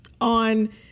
on